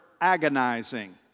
agonizing